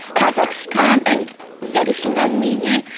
kazakhstan and very soon armenia.